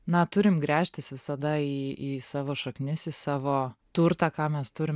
na turim gręžtis visada į į savo šaknis į savo turtą ką mes turim